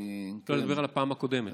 אני מדבר על הפעם הקודמת.